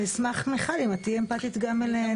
אני אשמח, מיכל, אם את תהיי אמפטית גם אליהן.